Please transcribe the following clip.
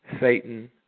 Satan